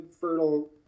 fertile